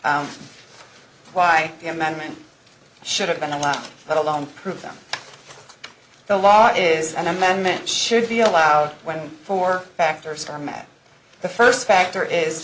why the amendment should have been allowed that alone prove them the law it is an amendment should be allowed when for factors are met the first factor is